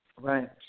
Right